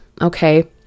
okay